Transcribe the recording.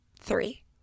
Three